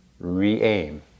re-aim